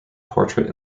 portrait